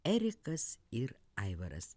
erikas ir aivaras